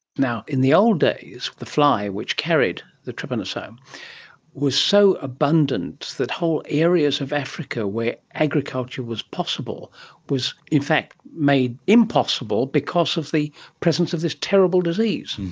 now in the old days, the fly which carried the trypanosome was so abundant that whole areas of africa where agriculture was possible was in fact made impossible because of the presence of this terrible disease.